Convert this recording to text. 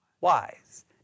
wise